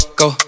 go